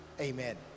amen